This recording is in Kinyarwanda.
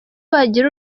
bagira